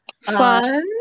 fun